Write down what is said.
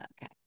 Okay